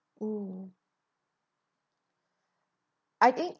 mm I think